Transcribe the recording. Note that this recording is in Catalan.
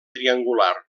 triangular